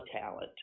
talent